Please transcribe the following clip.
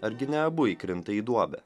argi ne abu įkrinta į duobę